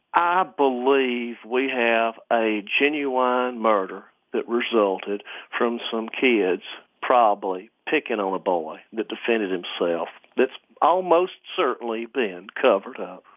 i believe we have a genuine murder that resulted from some kids probably picking on um a boy that defended himself, that's almost certainly been covered up